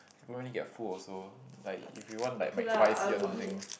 you only get full also like if you want like McSpicy or something